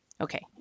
Okay